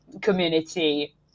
community